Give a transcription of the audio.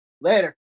Later